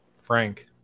Frank